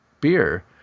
beer